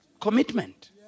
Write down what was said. commitment